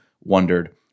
wondered